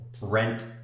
rent